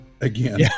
again